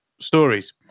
stories